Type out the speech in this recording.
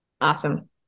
Awesome